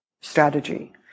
strategy